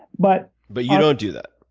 but but you don't do that.